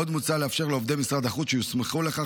עוד מוצע לאפשר לעובדי משרד החוץ שיוסמכו לכך